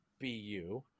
BU